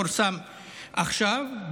שפורסם עכשיו,